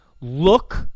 Look